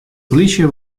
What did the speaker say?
polysje